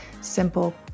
simple